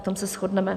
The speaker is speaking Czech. V tom se shodneme.